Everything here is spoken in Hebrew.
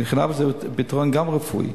כי קנאביס זה גם פתרון רפואי,